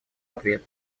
ответ